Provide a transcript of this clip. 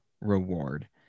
reward